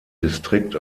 distrikt